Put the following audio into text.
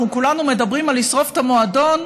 אנחנו כולנו מדברים על לשרוף את המועדון,